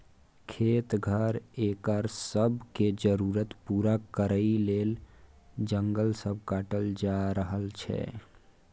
खेत, घर, एकर सब के जरूरत पूरा करइ लेल जंगल सब काटल जा रहल छै